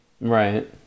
Right